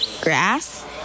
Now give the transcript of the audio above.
Grass